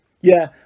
Yeah